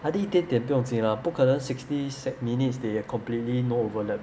I think 一点点不用紧 lah 不可能 sixty minutes they completely no overlap